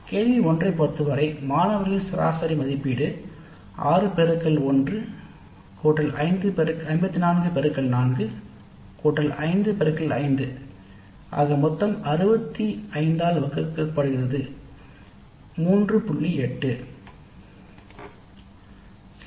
கேள்வி 1 ஐப் பொறுத்தவரை மாணவர்களின் சராசரி மதிப்பீடு 6 x 1 54 x 4 5 x 5 ஆகும் மொத்தம் 65 ஆல் வகுக்கப்படுகிறது 3